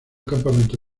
campamento